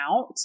out